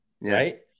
right